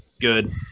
Good